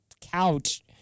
couch